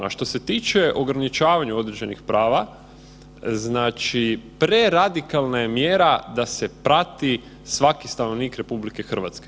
A što se tiče ograničavanja određenih prava, znači preradikalna je mjera da se prati svaki stanovnik RH.